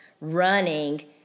running